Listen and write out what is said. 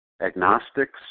agnostics